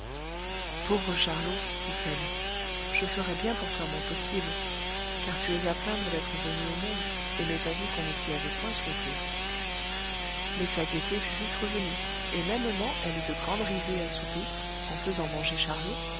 pauvre charlot dit-elle je ferai bien pour toi mon possible car tu es à plaindre d'être venu au monde et m'est avis qu'on ne t'y avait point souhaité mais sa gaieté fut vite revenue et mêmement elle eut de grandes risées à souper en faisant manger charlot